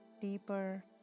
deeper